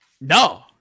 no